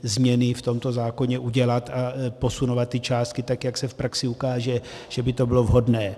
změny v tomto zákoně udělat a posunovat ty částky tak, jak se v praxi ukáže, že by to bylo vhodné.